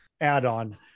add-on